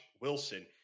Wilson